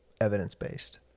evidence-based